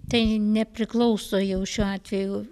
tai nepriklauso jau šiuo atveju